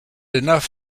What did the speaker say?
enough